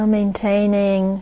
maintaining